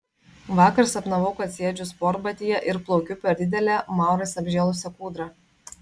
vakar sapnavau kad sėdžiu sportbatyje ir plaukiu per didelę maurais apžėlusią kūdrą